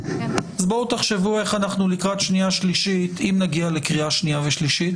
אם נגיע לקריאה שנייה ושלישית